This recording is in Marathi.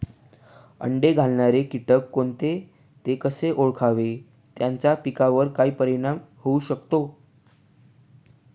अंडी घालणारे किटक कोणते, ते कसे ओळखावे त्याचा पिकावर काय परिणाम होऊ शकतो?